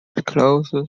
closed